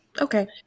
Okay